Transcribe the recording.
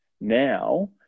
Now